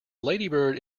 ladybird